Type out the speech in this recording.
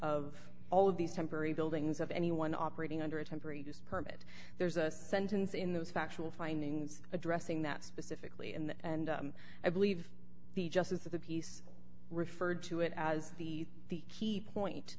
of all of these temporary buildings of anyone operating under a temporary permit there's a sentence in those factual findings addressing that specifically and i believe the justice of the peace referred to it as the key point